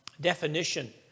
definition